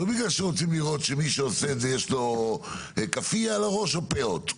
לא בגלל שרוצים לראות שמי עושה את זה יש לו כאפייה על הראש או פאות.